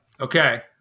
Okay